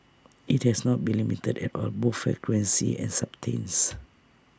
IT has not been limited at all both frequency and substance